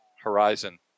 horizon